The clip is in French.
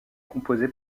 composée